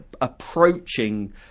approaching